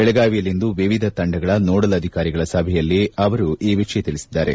ಬೆಳಗಾವಿಯಲ್ಲಿಂದು ವಿವಿಧ ತಂಡಗಳ ನೋಡಲ್ ಅಧಿಕಾರಿಗಳ ಸಭೆಯಲ್ಲಿ ಅವರಯ ಈ ವಿಷಯ ತಿಳಿಸಿದ್ದಾರೆ